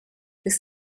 this